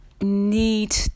need